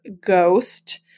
ghost